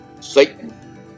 Satan